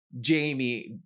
Jamie